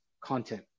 Content